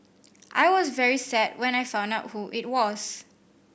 I was very sad when I found out who it was